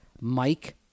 Mike